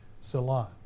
Salon